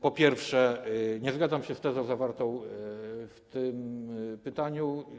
Po pierwsze, nie zgadzam się z tezą zawartą w tym pytaniu.